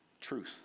truth